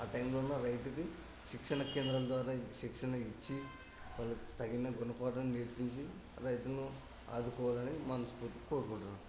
ఆ టైంలో ఉన్న రైతుకి శిక్షణ కేంద్రాల ద్వారా శిక్షణ ఇచ్చి వాళ్ళకి తగిన గుణపాఠం నేర్పించి రైతును ఆదుకోవాలని మనస్ఫూర్తిగా కోరుకుంటున్నాను